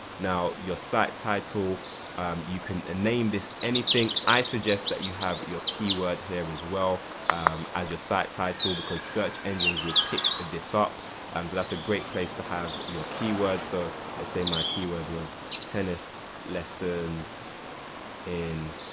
now your site title you can name this anything. i suggest that you have your keyword here as well as your site title because search engines will pick this up. um so that's a great place to have your keywords so let's say my keyword was tennis lessons in